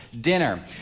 dinner